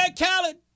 Khaled